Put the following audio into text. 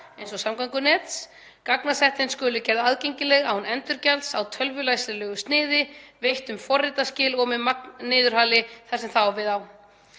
eins og samgöngunets. Gagnasettin skulu gerð aðgengileg án endurgjalds, á tölvulæsilegu sniði, veitt um forritaskil og með magnniðurhali, þar sem það á